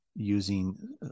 using